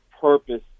purpose